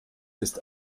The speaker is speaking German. ist